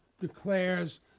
declares